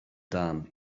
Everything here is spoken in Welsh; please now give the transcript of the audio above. dan